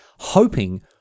hoping